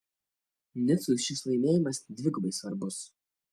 nicui šis laimėjimas dvigubai svarbus